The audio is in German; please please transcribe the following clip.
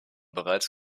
bereits